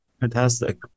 Fantastic